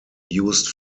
used